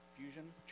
fusion